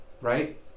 right